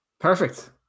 Perfect